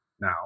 Now